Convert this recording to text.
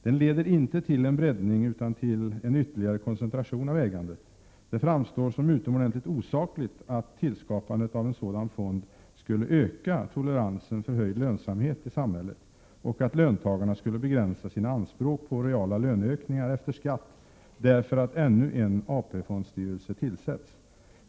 Den leder inte till en breddning utan till en ytterligare koncentration av ägandet; det framstår som utomordentligt osakligt att tillskapandet av en sådan fond skulle öka ”toleransen för höjd lönsamhet i samhället” och att löntagarna skulle begränsa sina anspråk på reala löneökningar efter skatt därför att ännu en AP-fondstyrelse tillsätts.